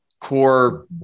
core